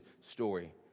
story